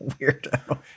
weirdo